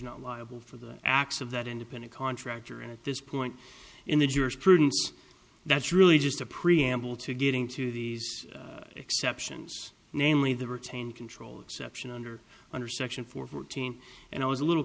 not liable for the acts of that independent contractor and at this point in the jurisprudence that's really just a preamble to getting to these exceptions namely the retain control exception under under section four fourteen and i was a little